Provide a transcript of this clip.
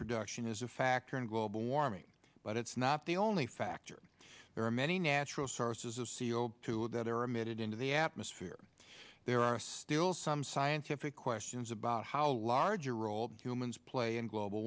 production is a factor in global warming but it's not the only factor there are many natural sources c o two that are emitted into the atmosphere there are still some scientific questions about how large a role humans play in global